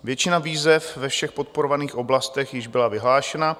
Většina výzev ve všech podporovaných oblastech již byla vyhlášena.